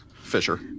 Fisher